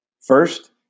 First